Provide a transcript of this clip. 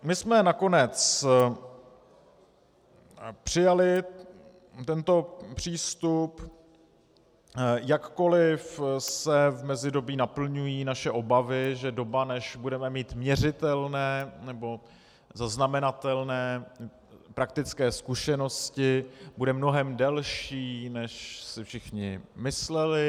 My jsme nakonec přijali tento přístup, jakkoliv se v mezidobí naplňují naše obavy, že doba, než budeme mít měřitelné nebo zaznamenatelné praktické zkušenosti, bude mnohem delší, než si všichni mysleli.